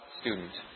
student